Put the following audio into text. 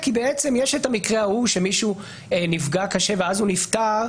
כי בעצם יש את המקרה ההוא שמישהו נפגע קשה ואז הוא נפטר.